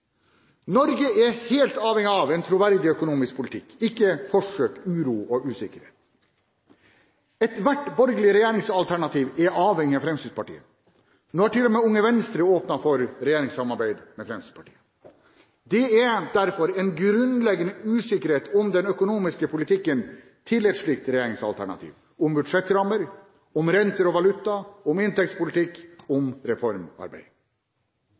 Norge er helt avhengig av en troverdig økonomisk politikk, ikke forsøk, uro og usikkerhet. Ethvert borgerlig regjeringsalternativ er avhengig av Fremskrittspartiet. Nå har til og med Unge Venstre åpnet for regjeringssamarbeid med Fremskrittspartiet. Det er derfor en grunnleggende usikkerhet om den økonomiske politikken til et slikt regjeringsalternativ: om budsjettrammer, om renter og valuta, om inntektspolitikk og om reformarbeid.